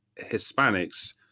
Hispanics